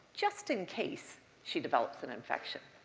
just in case she develops an infection.